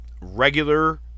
regular